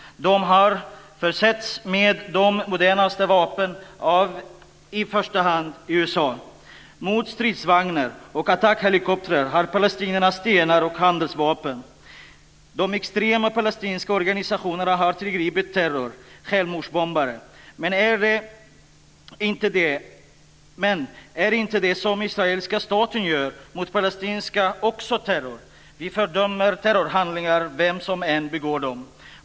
De har försetts med de modernaste vapnen av i första hand USA. Mot stridsvagnar och attackhelikoptrar har palestinierna stenar och handeldvapen. De extrema palestinska organisationerna har tillgripit terror, självmordsbombare. Men är inte det som israeliska staten gör mot palestinierna också terror? Vi fördömer terrorhandlingar vem som än begår dem.